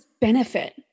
benefit